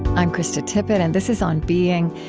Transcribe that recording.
i'm krista tippett, and this is on being.